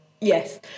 Yes